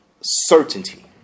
certainty